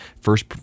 first